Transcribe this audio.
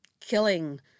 killing